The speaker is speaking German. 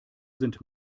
sind